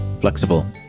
flexible